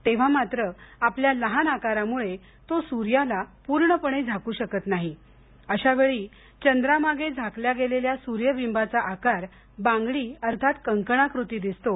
तेव्हामात्र आपल्या लहान आकारामुळे तो सूर्याला पूर्णपणे झाकू शकत नाही अशा वेळी चंद्रामागे झाकल्या गेलेल्या सूर्यबिंबाचा आकार बांगडी अर्थात कंकणाकृती दिसतो